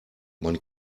man